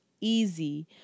easy